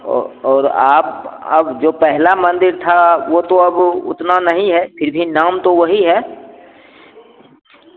और आप आप जो पहला मंदिर था वह तो अब उतना नहीं है फिर भी नाम तो वही है